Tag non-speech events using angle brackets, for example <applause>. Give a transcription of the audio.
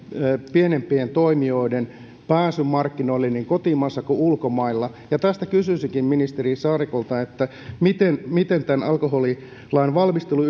pienempien toimijoiden pääsyn markkinoille niin kotimaassa kuin ulkomailla tästä kysyisinkin ministeri saarikolta miten miten tämän alkoholilain valmistelun <unintelligible>